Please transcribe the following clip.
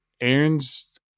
aaron's